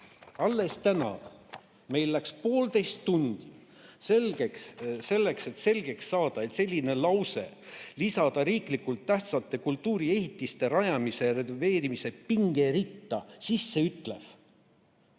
Alles täna meil läks poolteist tundi selleks, et selgeks saada lause "Lisada riiklikult tähtsate kultuuriehitiste rajamise ja renoveerimise pingeritta ..."– sisseütlev.